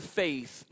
faith